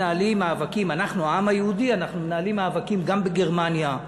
אנחנו, העם היהודי, מנהלים מאבקים גם בגרמניה,